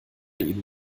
eben